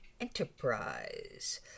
Enterprise